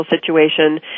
situation